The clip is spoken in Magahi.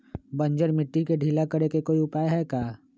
बंजर मिट्टी के ढीला करेके कोई उपाय है का?